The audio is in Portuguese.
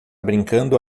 brincando